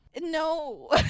No